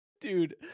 Dude